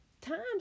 Times